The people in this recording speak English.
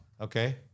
Okay